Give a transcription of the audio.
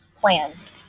plans